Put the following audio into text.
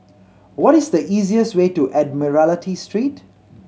what is the easiest way to Admiralty Street